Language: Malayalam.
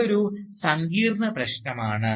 ഇതൊരു സങ്കീർണ്ണ പ്രശ്നമാണ്